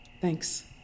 Thanks